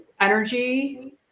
Energy